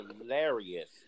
hilarious